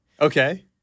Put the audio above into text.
Okay